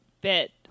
bit